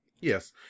Yes